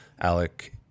Alec